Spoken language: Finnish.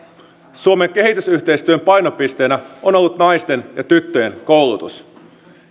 suomen kehitysyhteistyön painopisteenä on ollut naisten ja tyttöjen koulutus